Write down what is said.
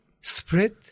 spread